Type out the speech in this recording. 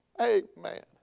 Amen